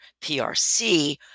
PRC